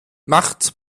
macht